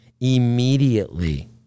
immediately